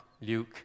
Luke